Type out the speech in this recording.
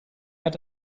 hat